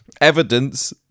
evidence